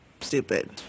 stupid